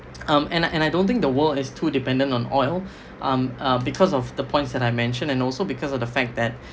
um and I don't think the world is too dependent on oil um uh because of the points that I mentioned and also because of the fact that